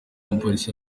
abapolisi